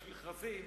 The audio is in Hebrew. יש מכרזים,